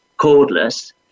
cordless